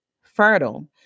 fertile